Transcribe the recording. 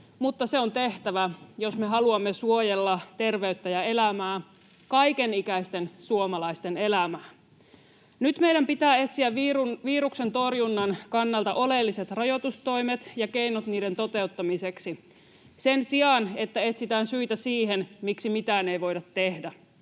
Mutta se on tehtävä, jos me haluamme suojella terveyttä ja elämää, kaikenikäisten suomalaisten elämää. Nyt meidän pitää etsiä viruksen torjunnan kannalta oleelliset rajoitustoimet ja keinot niiden toteuttamiseksi, sen sijaan, että etsitään syitä siihen, miksi mitään ei voida tehdä.